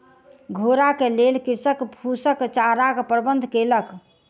घोड़ा के लेल कृषक फूसक चाराक प्रबंध केलक